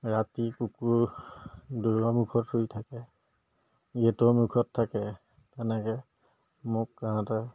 ৰাতি কুকুৰ দুৱাৰৰ মুখত শুই থাকে গেটৰ মুখত থাকে তেনেকৈ মোক তাহাঁতে